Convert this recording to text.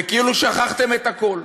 וכאילו שכחתם את הכול,